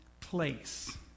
place